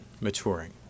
maturing